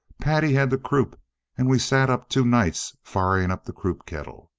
patty had the croup and we sat up two nights firing up the croup kettle.